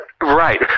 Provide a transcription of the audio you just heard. Right